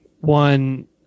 One